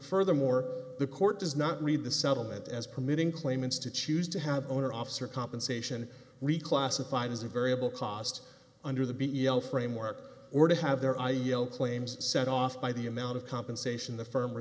furthermore the court does not read the settlement as permitting claimants to choose to have owner officer compensation reclassified as a variable cost under the b l framework or to have their ideal claims set off by the amount of compensation the firm